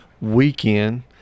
weekend